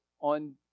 on